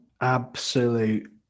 absolute